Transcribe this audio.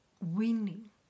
winning